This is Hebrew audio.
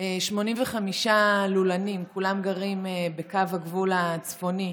85 לולנים, כולם גרים בקו הגבול הצפוני,